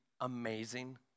amazing